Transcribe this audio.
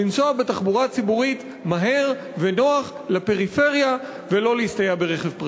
לנסוע בתחבורה ציבורית מהר ונוח לפריפריה ולא להסתייע ברכב פרטי.